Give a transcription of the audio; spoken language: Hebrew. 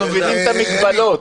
אנחנו מבינים את המגבלות.